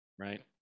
right